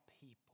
people